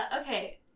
Okay